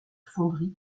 fonderie